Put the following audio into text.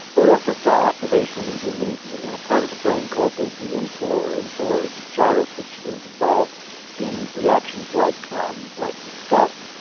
we also saw activations in the the part of the brain called the the insular insular gyrus which is involved in reactions like um like disgust.